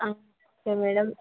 okay madam